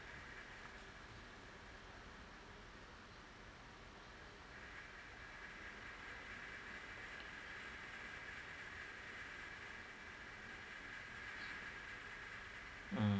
mm